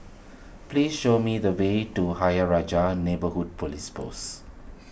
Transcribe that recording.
please show me the way to Ayer Rajah Neighbourhood Police Post